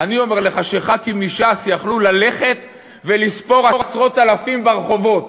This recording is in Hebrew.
אני אומר לך שחברי כנסת מש"ס יכלו ללכת ולספור עשרות אלפים ברחובות,